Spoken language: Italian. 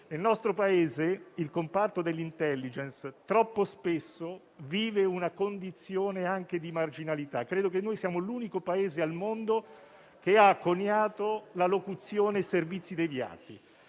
nel nostro Paese il comparto dell'*intelligence* troppo spesso vive una condizione anche di marginalità. Siamo forse l'unico Paese al mondo che ha coniato la locuzione «Servizi deviati»